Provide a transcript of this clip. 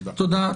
תודה.